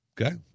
Okay